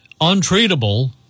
untreatable